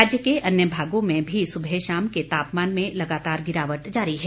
राज्य के अन्य भागों में भी सुबह शाम के तापमान में लगातार गिरावट जारी है